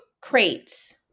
crates